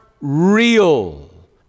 real